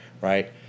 right